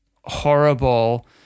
horrible